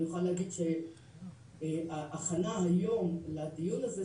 אני יכולה להגיד שההכנה היום לדיון הזה,